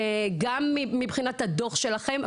גם מבחינת הדוח שלכם,